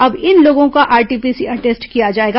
अब इन लोगों का आरटी पीसीआर टेस्ट किया जाएगा